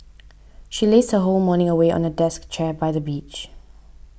she lazed her whole morning away on a deck chair by the beach